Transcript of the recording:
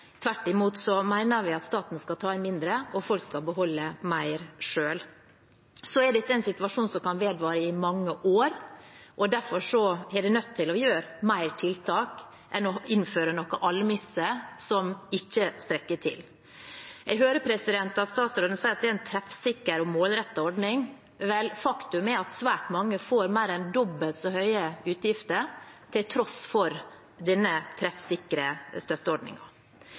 Tvert imot mener vi at staten skal ta inn mindre, og at folk skal beholde mer selv. Dette er en situasjon som kan vedvare i mange år, og derfor er man nødt til å treffe flere tiltak enn å innføre noen almisser som ikke strekker til. Jeg hører at statsråden sier det er en treffsikker og målrettet ordning. Vel, faktum er at svært mange får mer enn dobbelt så høye utgifter til tross for denne treffsikre